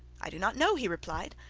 i do not know he replied.